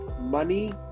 money